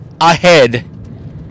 ahead